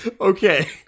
Okay